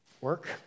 work